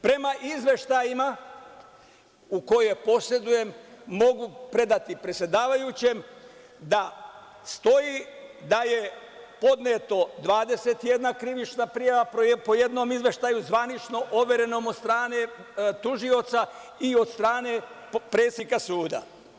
Prema izveštajima koje posedujem, mogu ih predati predsedavajućem, stoji da je podneta 21 krivična prijava po jednom izveštaju, zvanično overenom od strane tužioca i od strane predsednika suda.